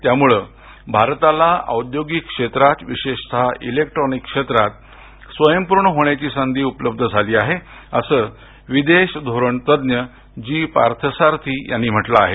त्यामुळ भारताला औद्योगिक क्षेत्रात विशेषतः इलेक्ट्रोनिक क्षेत्रात स्वयंपूर्ण होण्याची संधी उपलब्ध झाली आहे असं विदेश धोरण तज्ञ जी पार्थसारथी यांनी म्हटल आहे